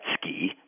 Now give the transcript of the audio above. ski